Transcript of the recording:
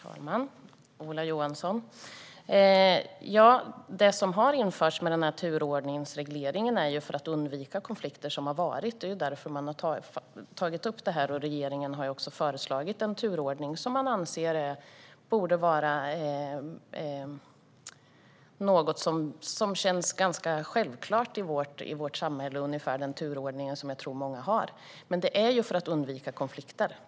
Herr talman! Ola Johansson! Turordningsregleringen införs för att undvika konflikter som tidigare har funnits. Därför har detta tagits upp. Regeringen har föreslagit en turordning som den anser borde kännas ganska självklar i vårt samhälle. Det är ungefär den turordning många har. Den finns för att undvika konflikter.